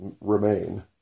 remain